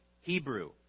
Hebrew